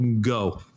go